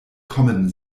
kommen